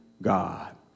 God